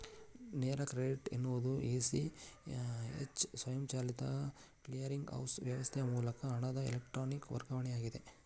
ನೇರ ಕ್ರೆಡಿಟ್ ಎನ್ನುವುದು A, C, H ಸ್ವಯಂಚಾಲಿತ ಕ್ಲಿಯರಿಂಗ್ ಹೌಸ್ ವ್ಯವಸ್ಥೆಯ ಮೂಲಕ ಹಣದ ಎಲೆಕ್ಟ್ರಾನಿಕ್ ವರ್ಗಾವಣೆಯಾಗಿದೆ